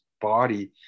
body